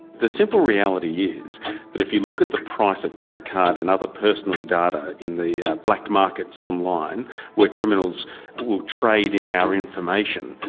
the simple reality is that if you look at the price of credit card and other personal data in the black markets online where criminals will trade in our information.